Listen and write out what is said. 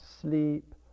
sleep